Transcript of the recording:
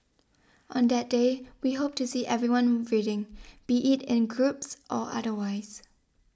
on that day we hope to see everyone reading be it in groups or otherwise